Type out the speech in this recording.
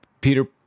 Peter